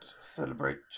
celebrate